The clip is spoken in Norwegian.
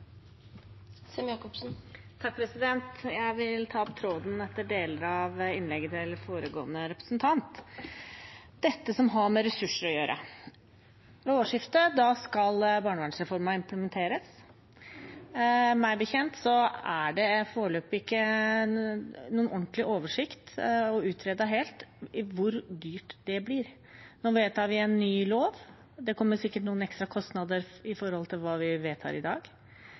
Jeg vil ta opp tråden etter deler av innlegget til foregående representant, om dette som har med ressurser å gjøre. Ved årsskiftet skal barnevernsreformen implementeres. Meg bekjent er det foreløpig ikke noen ordentlig oversikt over eller helt utredet hvor dyrt det blir. Nå vedtar vi en ny lov, og det kommer sikkert noen ekstra kostnader i forbindelse med det vi vedtar i dag.